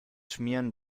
schmieren